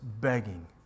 begging